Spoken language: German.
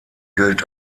gilt